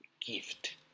gift